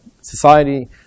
society